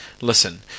Listen